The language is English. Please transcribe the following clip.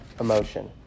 emotion